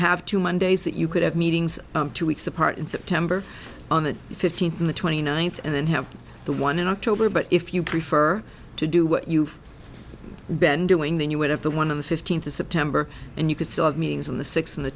have two mondays that you could have meetings two weeks apart in september on the fifteenth and the twenty ninth and then have the one in october but if you prefer to do what you ben doing then you would have the one of the fifteenth of september and you could still have meetings on the six